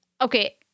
Okay